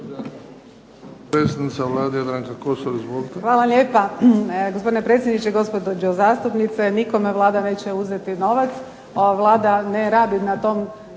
Hvala lijepa